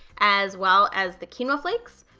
as well as the quinoa flakes,